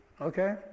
Okay